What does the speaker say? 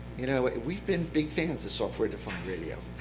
you know we've been big fans of software defined radio,